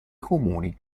comuni